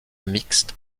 mixte